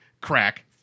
crack